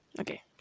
okay